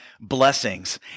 blessings